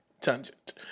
Tangent